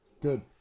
Good